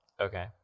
Okay